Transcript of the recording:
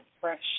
fresh